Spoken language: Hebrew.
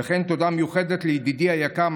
וכן תודה מיוחדת לידידי היקר,